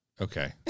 Okay